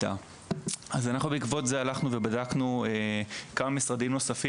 אז בעקבות זה אנחנו הלכנו ובדקנו כמה משרדים רלוונטיים נוספים,